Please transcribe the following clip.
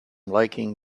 liking